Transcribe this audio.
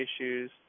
issues